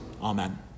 Amen